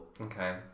Okay